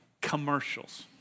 commercials